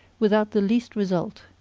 without the least result.